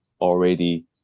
already